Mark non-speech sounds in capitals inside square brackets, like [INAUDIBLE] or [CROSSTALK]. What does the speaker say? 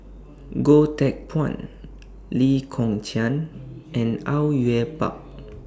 Goh Teck Phuan Lee Kong Chian and [NOISE] Au Yue Pak